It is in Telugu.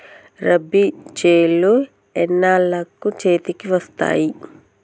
రబీ చేలు ఎన్నాళ్ళకు చేతికి వస్తాయి?